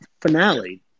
finale